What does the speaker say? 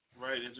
Right